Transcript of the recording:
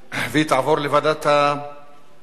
ההצעה להעביר את הצעת חוק ההוצאה לפועל (תיקון מס' 38),